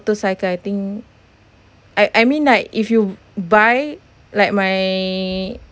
I think I I mean like if you buy like my